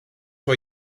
vor